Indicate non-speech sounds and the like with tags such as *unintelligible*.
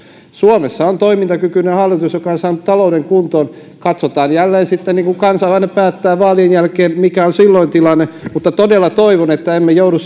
suomessa on toimintakykyinen hallitus joka on saanut talouden kuntoon katsotaan jälleen sitten niin kuin kansalainen päättää mikä on vaalien jälkeen tilanne mutta todella toivon että emme joudu *unintelligible*